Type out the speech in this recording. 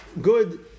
good